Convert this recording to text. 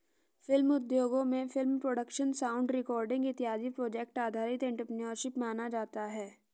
film उद्योगों में film production sound recording इत्यादि प्रोजेक्ट आधारित एंटरप्रेन्योरशिप माना जाता है